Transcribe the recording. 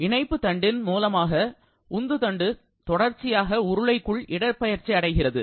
இணைப்பு தண்டின் மூலமாக உந்து தண்டு தொடர்ச்சியாக உருளைக்குள் இடப்பெயர்ச்சி அடைகின்றது